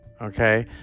okay